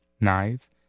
knives